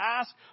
Ask